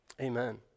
Amen